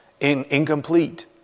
incomplete